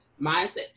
mindset